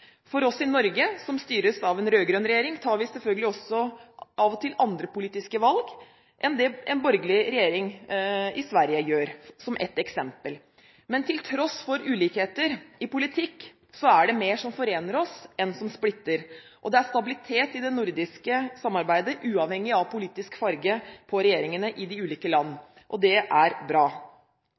For oss i Norge, som styres av en rød-grønn regjering, tas det selvfølgelig av og til andre politiske valg enn det en borgerlig regjering i Sverige gjør – som ett eksempel. Men til tross for ulikheter i politikk er det mer som forener oss enn som splitter, og det er stabilitet i det nordiske samarbeidet uavhengig av politisk farge på regjeringene i de ulike land, og det er bra.